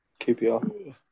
QPR